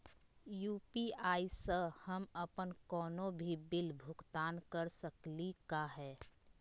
UPI स हम अप्पन कोनो भी बिल भुगतान कर सकली का हे?